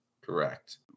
Correct